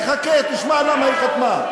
תחכה, תשמע למה היא חתמה.